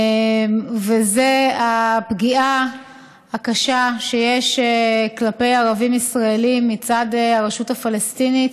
וזה הפגיעה הקשה שיש כלפי ערבים ישראלים מצד הרשות הפלסטינית